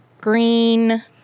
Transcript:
green